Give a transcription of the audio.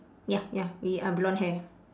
ya ya with a blonde hair